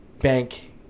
bank